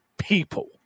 people